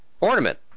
ornament